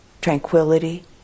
tranquility